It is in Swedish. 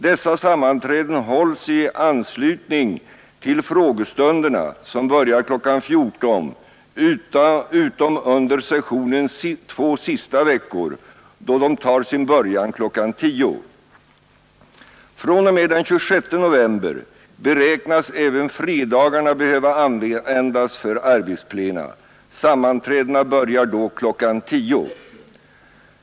Dessa sammanträden hålls i anslutning till frågestunderna, som börjar kl. 14.00 utom under sessionens två sista veckor, då de tar sin början kl. 10.00. Från och med den 26 november beräknas även fredagarna behöva användas för arbetsplena. Sammanträdena börjar då kl. 10.00.